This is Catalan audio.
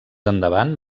endavant